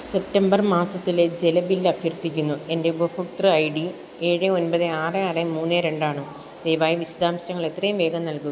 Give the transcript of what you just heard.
September മാസത്തിലെ ജല bill അഭ്യർത്ഥിക്കുന്നു എൻ്റെ ഉപഭോക്തൃ ഐ ഡി ഏഴ് ഒൻപത് ആറ് ആറ് മൂന്ന് രണ്ടാണ് ദയവായി വിശദാംശങ്ങൾ എത്രയും വേഗം നൽകു